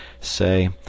say